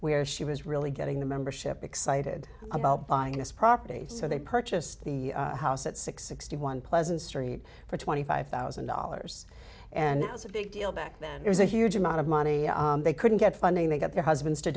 where she was really getting the membership excited about buying this property so they purchased the house at six sixty one pleasant street for twenty five thousand dollars and it was a big deal back then it was a huge amount of money they couldn't get funding they got their husbands to